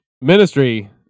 Ministry